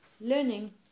learning